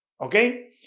Okay